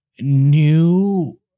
new